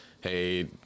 hey